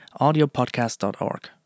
audiopodcast.org